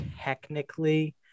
technically